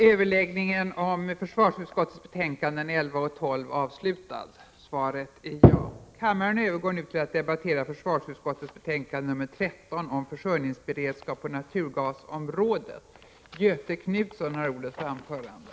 Näringsutskottets betänkande 32 debatterades i går. Kammaren övergår nu till att debattera näringsutskottets betänkande 38 om anslag m.m. på tilläggsbudget III inom industridepartementets område. I fråga om detta betänkande sker gemensam överläggning för samtliga punkter.